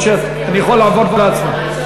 או שאני יכול לעבור להצבעה?